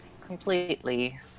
completely